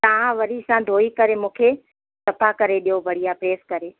तव्हां वरी खां धोई करे मूंखे सफ़ा करे ॾियो बढ़िया प्रेस करे